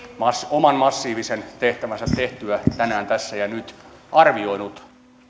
oman massiivisen tehtävänsä tehtyä tänään tässä ja nyt arvioinut